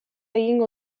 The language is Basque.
egingo